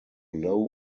low